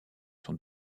son